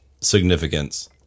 significance